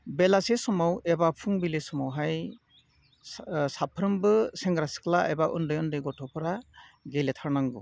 बेलासे समाव एबा फुंबिलि समावहाय साफ्रोमबो सेंग्रा सिख्ला एबा उन्दै उन्दै गथ'फोरा गेलेथारनांगौ